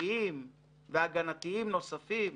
התקפיים והגנתיים נוספים.